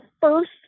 first